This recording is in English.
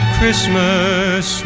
Christmas